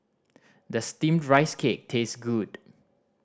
does Steamed Rice Cake taste good